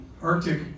Arctic